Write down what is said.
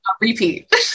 repeat